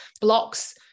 blocks